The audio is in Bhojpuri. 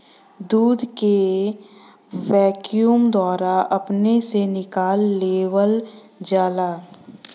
दूध के वैक्यूम द्वारा अपने से निकाल लेवल जाला